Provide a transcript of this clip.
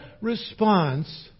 response